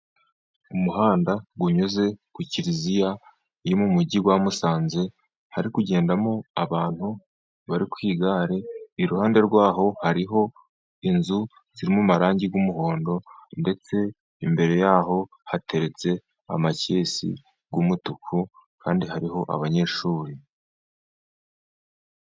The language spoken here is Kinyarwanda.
Umuhanda unyuze ku kiliziya, yo mu mugi wa Musanze, hari kugendamo abantu bari ku igare, iruhande rwaho hariho inzu zirimo amarangi y'umuhondo ndetse imbere yaho hateretse amacyesi, y'umutuku kandi hariho abanyeshuri.